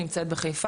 נמצאת בחיפה.